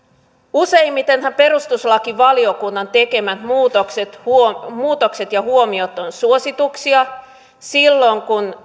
useimmitenhan perustuslakivaliokunnan tekemät muutokset huom muutokset ja huomiot ovat suosituksia silloin kun